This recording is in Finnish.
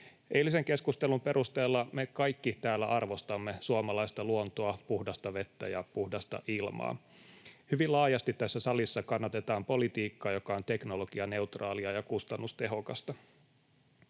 Eilisen keskustelun perusteella me kaikki täällä arvostamme suomalaista luontoa, puhdasta vettä ja puhdasta ilmaa. Hyvin laajasti tässä salissa kannatetaan politiikkaa, joka on teknologianeutraalia ja kustannustehokasta.